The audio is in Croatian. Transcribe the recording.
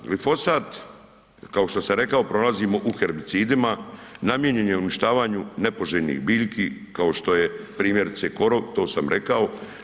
Glifosat kao što sam rekao pronalazimo u herbicidima, namijenjen je uništavanju nepoželjnih biljki kao što je primjerice korov to sam rekao.